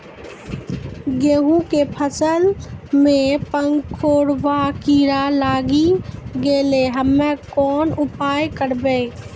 गेहूँ के फसल मे पंखोरवा कीड़ा लागी गैलै हम्मे कोन उपाय करबै?